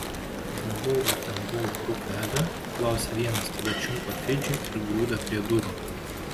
žmogau ar ten buvo bruk vega klausia vienas tada čiumpa fidžį ir grūda prie durų